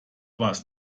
was